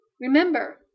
Remember